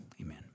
Amen